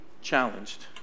challenged